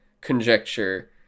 conjecture